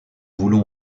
voulons